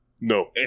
No